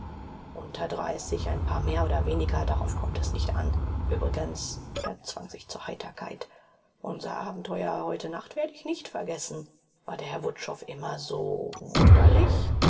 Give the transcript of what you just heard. unter dreißig ein paar mehr oder weniger darauf kommt es nicht an übrigens er zwang sich zur heiterkeit unser abenteuer heute nacht werde ich nicht vergessen war der herr wutschow immer so wunderlich